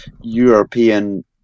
European